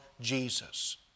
Jesus